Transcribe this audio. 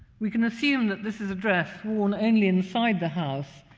we can assume that this is a dress worn only inside the house,